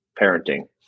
parenting